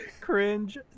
cringe